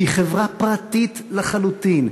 שהיא חברה פרטית לחלוטין,